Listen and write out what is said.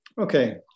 Okay